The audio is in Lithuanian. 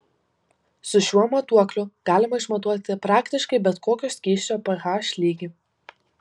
su šiuo matuokliu galima išmatuoti praktiškai bet kokio skysčio ph lygį